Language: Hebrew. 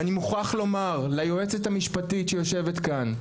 ואני מוכרח לומר ליועצת המשפטית שיושבת פה.